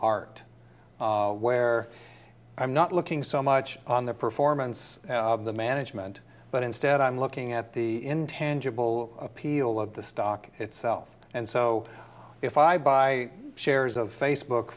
art where i'm not looking so much on the performance of the management but instead i'm looking at the intangible appeal of the stock itself and so if i buy shares of facebook